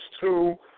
two